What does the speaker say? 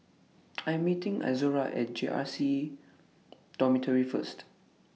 I'm meeting Izora At J R C Dormitory First